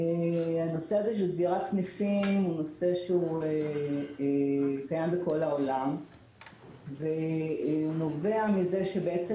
הנושא של סגירת סניפים הוא נושא שהוא קיים בכל העולם והוא נובע מזה שבעצם